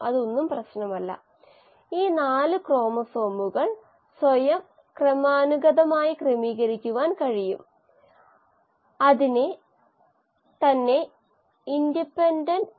ഇത് ഇവിടെ സംഭവിക്കുകയാണെങ്കിൽ നമുക്ക് മതിയായ സബ്സ്ട്രേറ്റ് ഉണ്ടെങ്കിൽ നമ്മൾ ഈ നിബന്ധനയിൽ ആയിരിക്കുകയാണെങ്കിൽ mu ഒരു കോൺസ്റ്റന്റ് ആയി മാറുന്നു അത് mu m ആയി മാറുന്നു അതാണ് mu ഒരു കോൺസ്റ്റന്റ് ആയി ഉള്ളപ്പോൾ